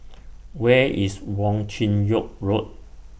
Where IS Wong Chin Yoke Road